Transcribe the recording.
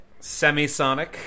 Semisonic